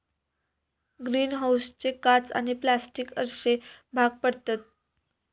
green हाऊसचे काच आणि प्लास्टिक अश्ये भाग पडतत